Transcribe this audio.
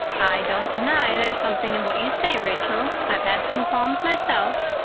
i don't deny there's something in what you say, rachel. i've had some qualms myself.